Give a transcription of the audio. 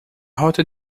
rota